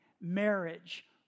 marriage